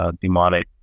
demonic